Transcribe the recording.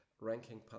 ranking